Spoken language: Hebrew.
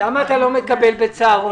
למה אתה לא מקבל בצהרונים?